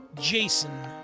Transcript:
Jason